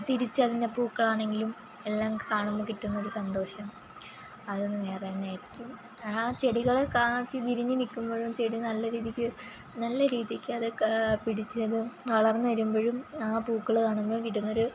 തിരിച്ച് അതിൻ്റെ പൂക്കളാണെങ്കിലും എല്ലാം കാണുമ്പോൾ കിട്ടുന്ന ഒരു സന്തോഷം അതൊന്ന് വേറെ തന്നെ ആയിരിക്കും ആ ചെടികൾ കായ്ച്ച് വിരിഞ്ഞു നിൽക്കുമ്പോഴും ചെടി നല്ല രീതിക്ക് നല്ല രീതിക്ക് പിടിച്ച് അത് വളർന്നു വരുമ്പോഴും ആ പൂക്കൾ കാണുമ്പോൾ കിട്ടുന്ന ഒരു